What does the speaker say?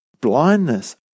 blindness